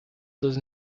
does